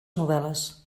novel·les